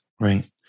Right